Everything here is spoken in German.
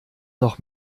noch